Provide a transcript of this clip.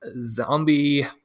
zombie